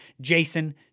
Jason